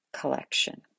collection